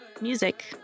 Music